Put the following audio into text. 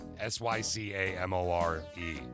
S-Y-C-A-M-O-R-E